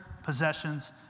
possessions